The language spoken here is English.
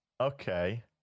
Okay